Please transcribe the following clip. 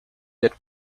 that